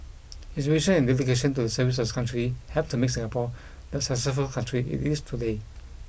his vision and dedication to the service of his country helped to make Singapore the successful country it is today